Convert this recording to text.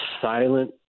silent